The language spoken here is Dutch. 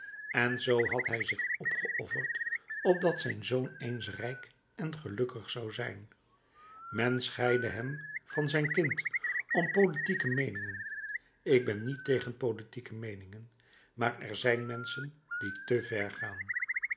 en zoo had hij zich opgeofferd opdat zijn zoon eens rijk en gelukkig zou zijn men scheidde hem van zijn kind om politieke meeningen ik ben niet tegen politieke meeningen maar er zijn menschen die te ver gaan